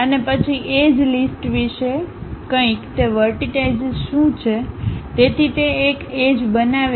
અને પછી edge list વિશે કંઈક તે વર્ટિટાઈશીસ શું છે તેથી તે એક એજ બનાવે છે